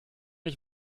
ich